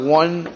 one